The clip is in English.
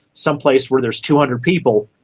some place where there is two hundred people,